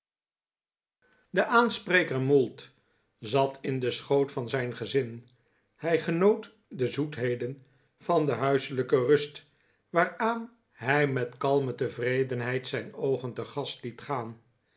de aanspreker mould zat in den schoot van zijn gezin hij genoot de zoetheden van de huiselijke rust waaraan hij met kalme tevredenheid zijn oogen te gast liet gaan